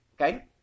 Okay